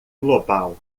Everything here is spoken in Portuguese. global